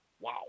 Wow